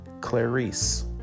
Clarice